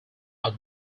are